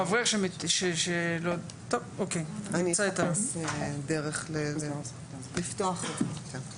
אני אחפש דרך לפתוח את זה יותר.